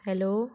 hello